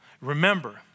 Remember